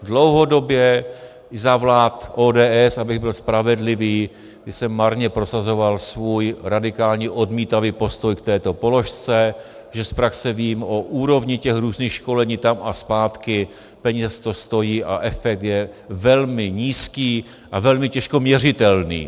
Dlouhodobě za vlád ODS, abych byl spravedlivý, jsem marně prosazoval svůj radikální odmítavý postoj k této položce, že z praxe vím o úrovni různých školení tam a zpátky, peněz to stojí a efekt je velmi nízký a velmi těžko měřitelný.